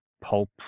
pulp